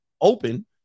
open